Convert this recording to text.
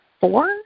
four